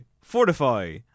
fortify